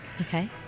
Okay